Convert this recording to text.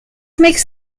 makes